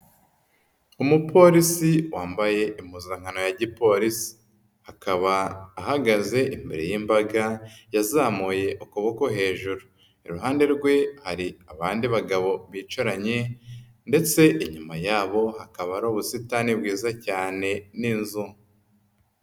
Umupolisi wambaye impuzankano ya gipolisi, akaba ahagaze imbere y'imbaga yazamuye ukuboko hejuru, iruhande rwe hari abandi bagabo bicaranye ndetse inyuma yabo hakaba ari ubusitani bwiza cyane n'inzu.